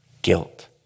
Guilt